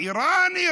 איראן.